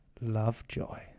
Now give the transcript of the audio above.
Lovejoy